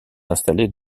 installées